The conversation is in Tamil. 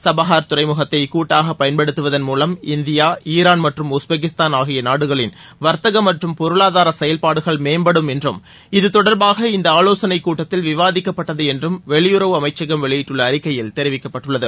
சபாஹர் துறைமுகத்தை கூட்டாக பயன்படுத்துவதன் மூவம் இந்தியாசாரான் மற்றும் உஸ்பெகிஸ்தான் ஆகிய நாடுகளின் வர்த்தகம் மற்றும் பொருளாதார செயல்பாடுகள் மேம்படும் என்றும் இது தொடர்பாக இந்த ஆலோசனைக் கூட்டத்தில் விவாதிக்கப்பட்டது என்றும் வெளியுறவு அமைச்சகம் வெளியிட்டுள்ள அறிக்கையில் தெரிவிக்கப்பட்டுள்ளது